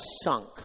sunk